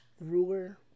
ruler